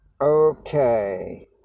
Okay